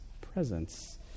presence